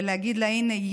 ולהגיד לה: הינה,